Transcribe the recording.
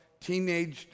teenaged